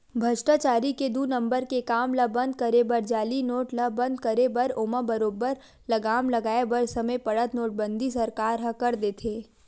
भस्टाचारी के दू नंबर के काम ल बंद करे बर जाली नोट ल बंद करे बर ओमा बरोबर लगाम लगाय बर समे पड़त नोटबंदी सरकार ह कर देथे